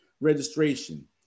registration